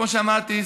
כמו שאמרתי,